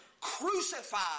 crucified